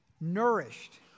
nourished